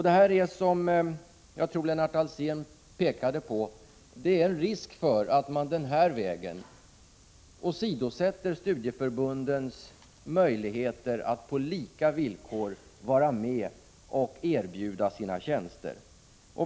Detta innebär, som jag tror Lennart Alsén pekade på, en risk för att man åsidosätter studieförbundens möjligheter att på lika villkor erbjuda sina tjänster.